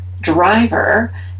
driver